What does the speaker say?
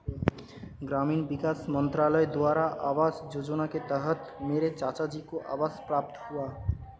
ग्रामीण विकास मंत्रालय द्वारा आवास योजना के तहत मेरे चाचाजी को आवास प्राप्त हुआ